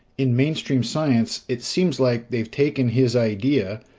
in mainstream science, it seems like they've taken his idea,